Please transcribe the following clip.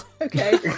Okay